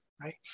right